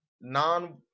non-